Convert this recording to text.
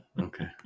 okay